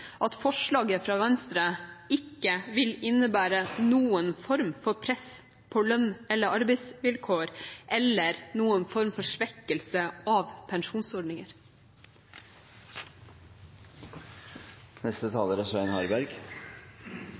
at forslaget fra Venstre ikke vil innebære noen form for press på lønn eller arbeidsvilkår eller noen form for svekkelse av pensjonsordninger. Deler av denne debatten er